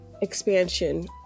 expansion